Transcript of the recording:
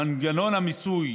מנגנון המיסוי